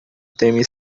temem